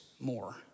more